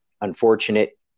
unfortunate